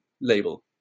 label